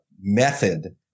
method